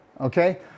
okay